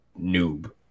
noob